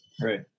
Right